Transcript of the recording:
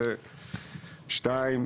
שנית,